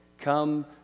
come